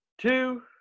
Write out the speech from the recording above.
two